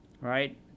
right